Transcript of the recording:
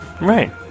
Right